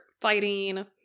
fighting